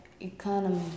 economy